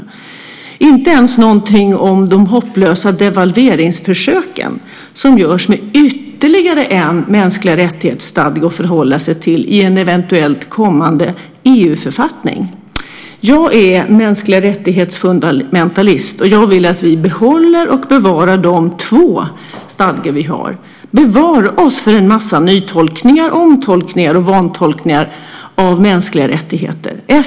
Jag har inte ens sagt någonting om de hopplösa devalveringsförsöken som görs med ytterligare en stadga för mänskliga rättigheter att förhålla sig till i en eventuellt kommande EU-författning. Jag är fundamentalist i fråga om mänskliga rättigheter, och jag vill att vi behåller och bevarar de två stadgor som vi har. Bevare oss för en massa nytolkningar, omtolkningar och vantolkningar av mänskliga rättigheter!